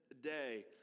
day